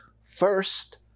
First